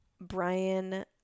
brian